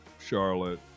Charlotte